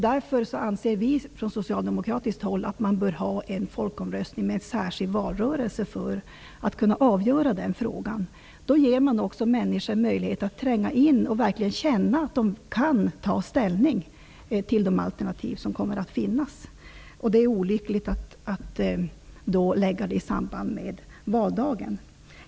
Därför anser vi socialdemokrater att det bör vara en folkomröstning med en särskild valrörelse för att man skall kunna avgöra den frågan. Då ger man människor också möjlighet att verkligen tränga in i detta och känna att de kan ta ställning till de alternativ som kommer att finnas. Det är därför olyckligt att ha folkomröstningen i samband med valdagen.